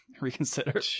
reconsider